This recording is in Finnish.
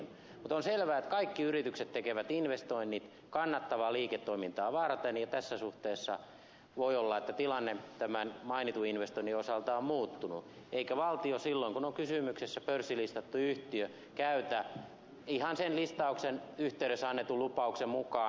mutta on selvää että kaikki yritykset tekevät investoinnit kannattavaa liiketoimintaa varten ja tässä suhteessa voi olla että tilanne tämän mainitun investoinnin osalta on muuttunut eikä valtio silloin kun on kysymyksessä pörssilistattu yhtiö käytä pakkoa ihan sen listauksen yhteydessä annetun lupauksen mukaan